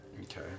Okay